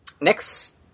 Next